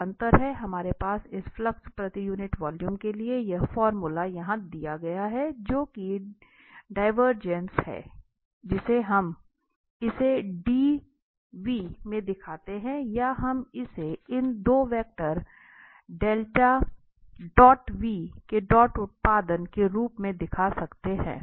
तो अंत में हमारे पास इस फ़्लक्स प्रति यूनिट वॉल्यूम के लिए यह फ़ॉर्मूला है जो कि डिवरजेंस है जिसे हम इसे div से दिखाते हैं या हम इसे इन दो वेक्टर के डॉट उत्पाद के रूप में भी लिख सकते हैं